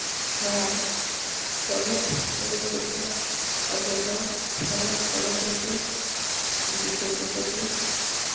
ᱟᱨ ᱯᱚᱱᱚᱛ ᱞᱟᱹᱭ ᱛᱮᱫᱚ ᱟᱵᱚᱫᱚ ᱥᱟᱱᱟᱢ ᱯᱚᱱᱚᱛ ᱨᱮᱜᱮ ᱡᱩᱫᱟᱹ ᱡᱩᱫᱟᱹ ᱵᱚᱱ